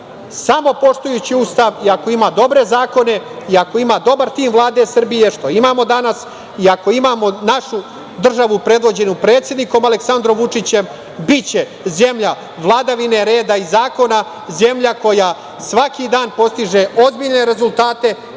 samo poštujući Ustav i ako ima dobre zakone i ako ima dobar tim Vlade Srbije, što imamo danas, i ako imamo našu državu predvođenu predsednikom Aleksandrom Vučićem, biće zemlja vladavine reda i zakona, zemlja koja svaki dan postiže ozbiljne rezultate